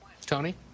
Tony